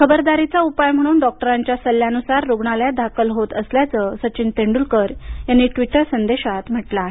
खबरदारीचा उपाय म्हणून डॉक्टरांच्या सल्ल्यानुसार रुग्णालयात दाखल होत असल्याचं सचिन तेंडूलकर यांनी ट्वीटर संदेशात म्हटलं आहे